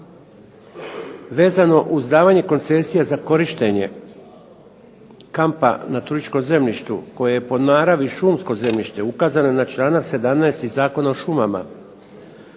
Vezano uz davanje koncesija za korištenje kampa na turističkom zemljištu koje je po naravi šumsko zemljište ukazano je na čl. 17. Zakona o šumama,